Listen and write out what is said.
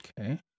Okay